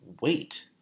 wait